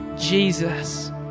Jesus